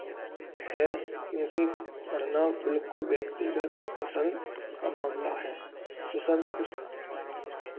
है क्योंकि पढ़ना बिल्कुल व्यक्तिगत पसंद का मामला है सुशंत पुस्त